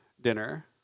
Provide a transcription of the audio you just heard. dinner